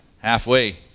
halfway